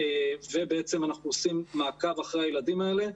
ובעצם אנחנו עושים מעקב אחרי הילדים האלה.